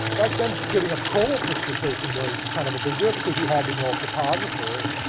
back then, getting a promo picture taken was kind of a big deal but cause you had to know a photographer.